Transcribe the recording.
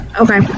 Okay